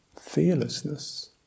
fearlessness